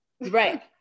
right